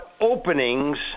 openings